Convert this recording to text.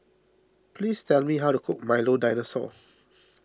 please tell me how to cook Milo Dinosaur